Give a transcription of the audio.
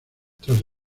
tras